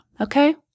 okay